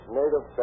native